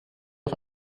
auf